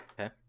Okay